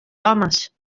homes